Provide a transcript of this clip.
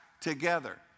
together